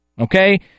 okay